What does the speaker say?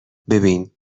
ببین